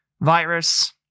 virus